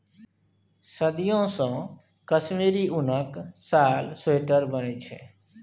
सदियों सँ कश्मीरी उनक साल, स्वेटर बनै छै